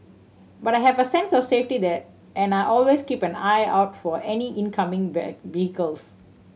but I have a sense of safety that and I always keep an eye out for any incoming vehicles